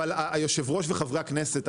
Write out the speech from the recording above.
היושב ראש וחברי הכנסת,